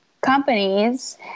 companies